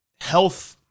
health